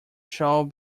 shall